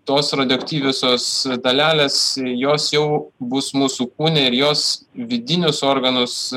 tos radioaktyviosios dalelės jos jau bus mūsų kūne ir jos vidinius organus